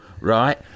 right